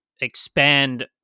expand